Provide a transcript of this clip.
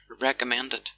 recommended